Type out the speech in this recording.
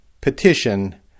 petition